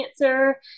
cancer